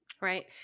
Right